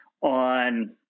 on